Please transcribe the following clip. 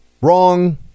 wrong